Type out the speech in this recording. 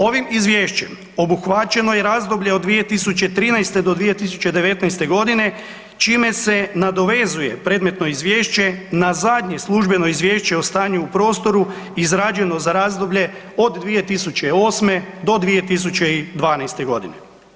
Ovim izvješćem obuhvaćeno je razdoblje od 2013. do 2019.g. čime se nadovezuje predmetno izvješće na zadnje službeno izvješće o stanju u prostoru izrađeno za razdoblje od 2008. do 2012.g.